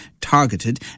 targeted